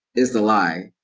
is the lie.